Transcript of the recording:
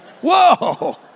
Whoa